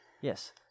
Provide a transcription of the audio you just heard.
Yes